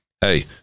hey